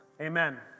Amen